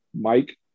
Mike